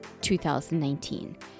2019